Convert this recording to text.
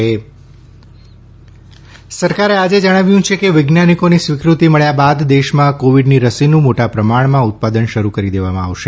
આરોગ્ય મંત્રાલય કોરોના સરકારે આજે જણાવ્યું છે કે વૈજ્ઞાનીકોની સ્વીકૃતિ મળ્યા બાદ દેશમાં કોવીડની રસીનું મોટા પ્રમાણમાં ઉત્પાદન શરૂ કરી દેવામાં આવશે